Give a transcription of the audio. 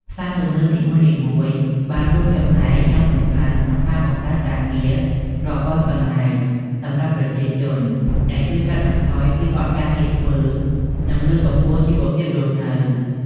ផ្សារទំនើបនីមួយៗបានរួមចំណែកយ៉ាងសំខាន់ក្នុងការបង្កើតការងាររាប់ពាន់កន្លែងសម្រាប់ប្រជាជន ដែលជួយកាត់បន្ថយភាពអត់ការងារធ្វើ និងលើកកម្ពស់ជីវភាពរស់នៅ។